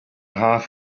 half